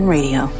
Radio